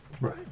Right